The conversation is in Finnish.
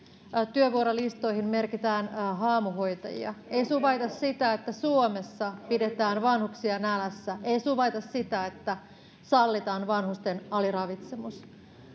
työvuorolistoihin merkitään haamuhoitajia ei suvaita sitä että suomessa pidetään vanhuksia nälässä ei suvaita sitä että sallitaan vanhusten aliravitsemus